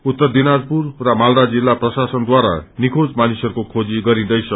उत्तर दिनाजपुर मालदा जिल्ला प्रशासनद्वारा निखोज मानिसहरूको खोजी गरिन्दैछ